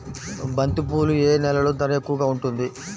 బంతిపూలు ఏ నెలలో ధర ఎక్కువగా ఉంటుంది?